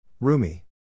Rumi